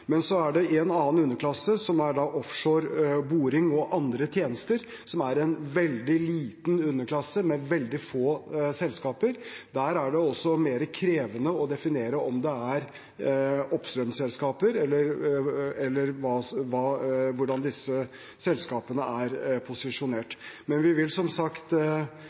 I en annen underklasse, som er offshore, boring og andre tjenester – som er en veldig liten underklasse med veldig få selskaper – er det mer krevende å definere om det er oppstrømsselskaper, eller hvordan de selskapene er posisjonert. Vi vil som sagt